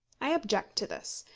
i object to this,